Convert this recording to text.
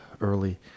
early